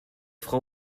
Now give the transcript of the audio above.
frau